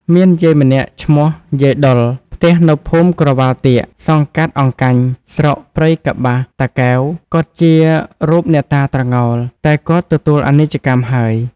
មានយាយម្នាក់ឈ្មោះយាយដុល ផ្ទះនៅភូមិក្រវ៉ាលទាក សង្កាត់អង្កាញ់ ស្រុកព្រៃកប្បាស (តាកែវ) គាត់ជា រូបអ្នកតាត្រងោល តែគាត់ទទួលអនិច្ចកម្មហើយ ។